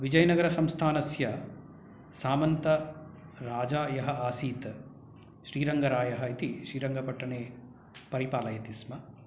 विजयनगरसंस्थानस्य समन्तात् राजा यः आसीत् श्रीरङ्गरायः इति श्रीरङ्गपट्टने परिपालयति स्म